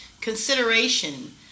Consideration